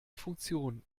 funktion